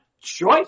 choice